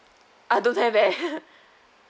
I don't have eh